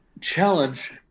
challenge